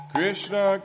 Krishna